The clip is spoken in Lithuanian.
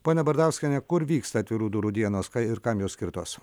ponia bardauskiene kur vyks atvirų durų dienos ir kam jos skirtos